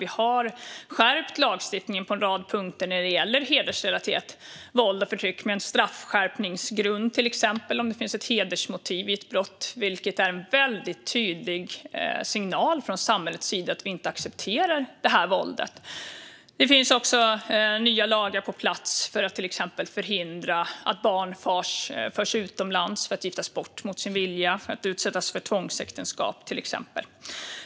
Vi har nu skärpt lagstiftningen på en rad punkter när det gäller hedersrelaterat våld och förtyck, till exempel med en straffskärpningsgrund om det finns ett hedersmotiv vid ett brott. Det är en tydlig signal från samhällets sida om att vi inte accepterar detta våld. Det finns även nya lagar på plats för att till exempel förhindra att barn förs utomlands för att giftas bort eller utsätts för tvångsäktenskap.